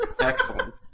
Excellent